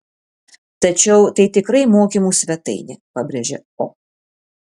tačiau tai tikrai mokymų svetainė pabrėžė o